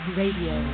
radio